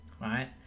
right